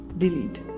delete